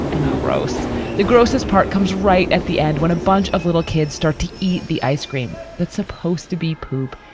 i know. rose the grossest part comes right at the end when a bunch of little kids start to eat the ice cream that's supposed to be poop.